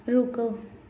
ਰੁਕੋ